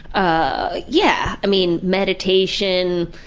ah yeah! i mean, meditation.